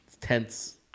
tense